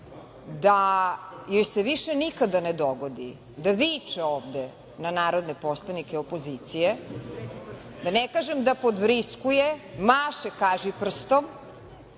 da joj se više nikada ne dogodi da viče ovde na narodne poslanike opozicije, da ne kažem da podvriskuje, maše kažiprstom,